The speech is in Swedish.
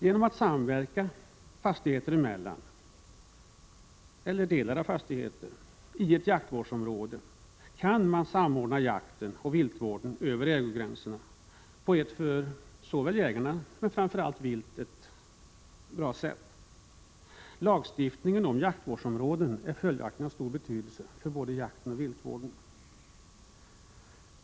Genom samverkan mellan fastigheter eller delar av fastigheter i ett jaktvårdsområde kan man samordna jakten och viltvården över ägogränserna på ett för jägarna och framför allt för viltet bra sätt. Lagstiftningen om jaktvårdsområdena är följaktligen av stor betydelse för både jakten och viltvården.